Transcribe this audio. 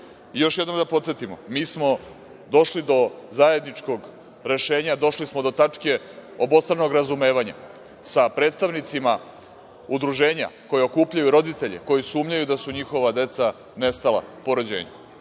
jednom da podsetimo, mi smo došli do zajedničkog rešenja, došli smo do tačke obostranog razumevanja sa predstavnicima udruženja koja okupljaju roditelje koji sumnjaju da su njihova deca nestala po rođenju.